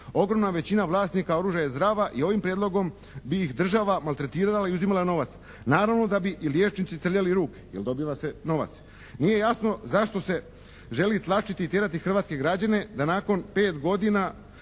Ogromna većina vlasnika oružja je zdrava i ovim prijedlogom bi ih država maltretirala i uzimala novac. Naravno da bi i liječnici trljali ruke jer dobiva se novac. Nije jasno zašto se želi tlačiti i tjerati hrvatske građane da nakon 5 godina